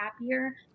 happier